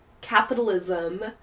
Capitalism